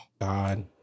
God